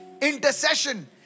intercession